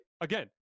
again